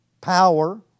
power